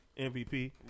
MVP